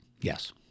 Yes